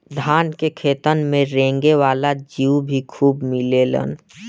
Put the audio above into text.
धान के खेतन में रेंगे वाला जीउ भी खूब मिलेलन